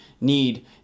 need